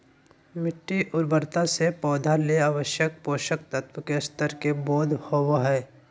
मिटटी उर्वरता से पौधा ले आवश्यक पोषक तत्व के स्तर के बोध होबो हइ